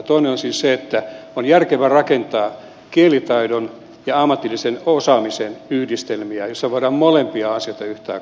toinen on siis se että on järkevää rakentaa kielitaidon ja ammatillisen osaamisen yhdistelmiä joissa voidaan molempia asioita yhtä aikaa toteuttaa